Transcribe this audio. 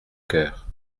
cœur